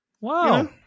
Wow